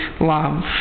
love